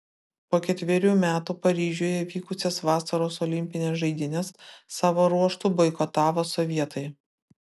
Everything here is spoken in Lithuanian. po ketverių metų paryžiuje vykusias vasaros olimpines žaidynes savo ruožtu boikotavo sovietai